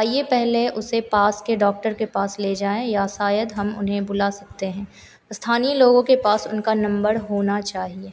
आइए पहले उसे पास के डॉक्टर के पास ले जाएँ या शायद हम उन्हें बुला सकते हैं स्थानीय लोगों के पास उनका नम्बर होना चाहिए